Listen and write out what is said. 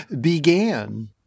began